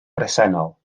bresennol